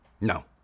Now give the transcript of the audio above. No